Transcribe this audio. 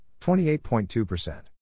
28.2%